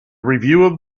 review